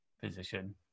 position